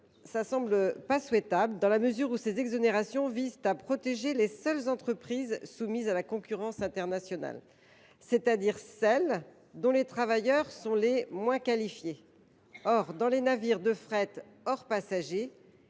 ne paraît pas souhaitable, car ces exonérations visent à protéger les seules entreprises soumises à la concurrence internationale, c’est à dire celles dont les employés sont les moins qualifiés. Sur les navires de fret hors passagers